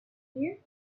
you